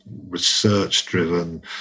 research-driven